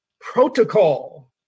Protocol